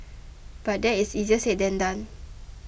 but that is easier said than done